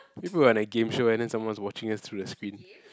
feel like we are on a game show and then someone's watching us through the screen